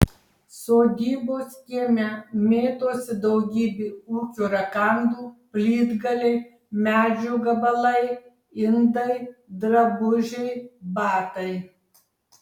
sodybos kieme mėtosi daugybė ūkio rakandų plytgaliai medžio gabalai indai drabužiai batai